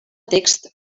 text